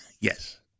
Yes